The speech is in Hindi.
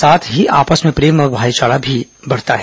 साथ ही आपस में प्रेम और भाईचारा भी बढ़ता है